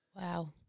Wow